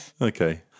okay